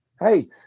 hey